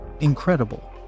Incredible